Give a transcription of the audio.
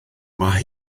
mae